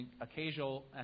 occasional